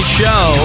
show